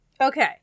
Okay